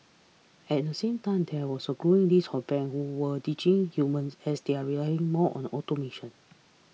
at the same time there was a growing list of banks who are ditching humans as they rely more on automation